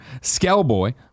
Skellboy